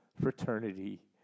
fraternity